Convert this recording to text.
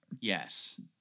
Yes